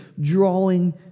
drawing